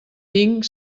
tinc